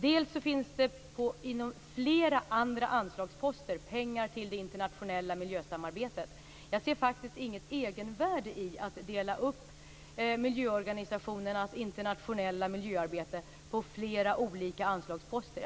Det finns inom flera andra anslagsposter pengar till det internationella miljösamarbetet. Jag ser inget egenvärde i att dela upp miljöorganisationernas internationella miljöarbete på flera olika anslagsposter.